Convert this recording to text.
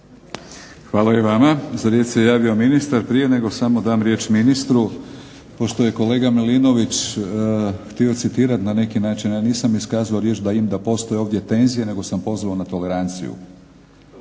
Hvala i vama. Za riječ se javio ministar. Prije nego samo dam riječ ministru pošto je kolega Milinović htio citirati na neki način, ja nisam iskazao da postoje ovdje tenzije nego sam pozvao na toleranciju.